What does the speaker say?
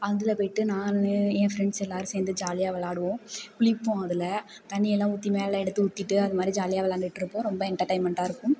அதில் போய்ட்டு நான் என் ஃப்ரெண்ட்ஸ் எல்லாேரும் சேர்ந்து ஜாலியாக விளையாடுவோம் குளிப்போம் அதில் தண்ணி எல்லாம் ஊற்றி மேலே எடுத்து ஊற்றிட்டு அது மாதிரி ஜாலியாக விளையாண்டுகிட்டு இருப்போம் ரொம்ப எண்டெர்டைன்மெண்ட்டாக இருக்கும்